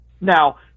Now